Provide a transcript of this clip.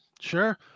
sure